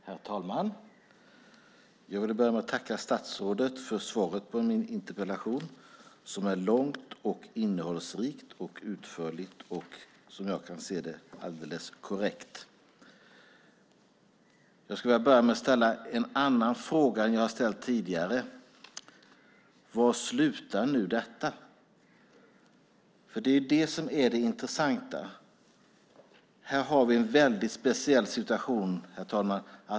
Herr talman! Jag vill tacka statsrådet för svaret på min interpellation. Det är långt, innehållsrikt och utförligt och, som jag kan se det, alldeles korrekt. Jag vill ställa en annan fråga än jag de jag har ställt tidigare. Var slutar detta? Det är det som är det intressanta. Vi har här en mycket speciell situation.